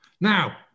Now